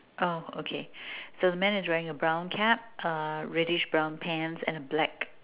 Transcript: oh okay so the man is wearing a brown cap uh reddish brown pants and a black